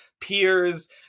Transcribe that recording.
peers